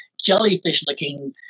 jellyfish-looking